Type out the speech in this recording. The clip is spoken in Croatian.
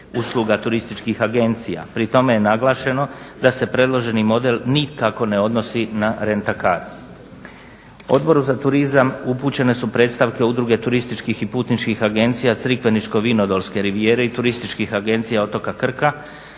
usluga turističkih agencija. Pri tome je naglašeno da se predloženi model nikako ne odnosi na rent a car. Odboru za turizam upućene su predstavke Udruge turističkih i putničkih agencija Crikveničko-vinodolske rivijere i turističkih agencija otoka Krka